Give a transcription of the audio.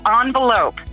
envelope